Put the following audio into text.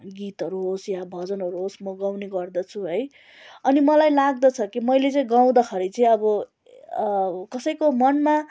गीतहरू होस् या भजनहरू होस् म गाउने गर्दछु है अनि मलाई लाग्दछ कि मैले चाहिँ गाउँदाखरि चाहिँ अब कसैको मनमा